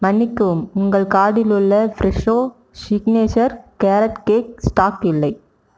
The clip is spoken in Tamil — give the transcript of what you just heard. மன்னிக்கவும் உங்கள் கார்ட்டில் உள்ள Fresho signature carrot cake stock இல்லை